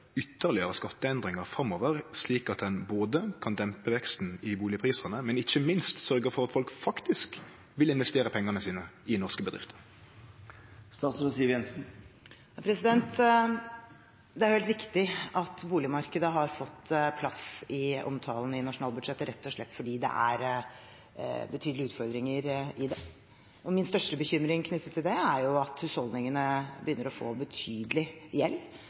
framover, slik at ein både kan dempe veksten i bustadprisane og – ikkje minst – kan sørgje for at folk faktisk vil investere pengane sine i norske bedrifter. Det er helt riktig at boligmarkedet har fått plass i omtalen av nasjonalbudsjettet rett og slett fordi det der er betydelige utfordringer. Min største bekymring knyttet til det er at husholdningene begynner å få betydelig gjeld,